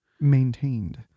Maintained